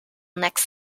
next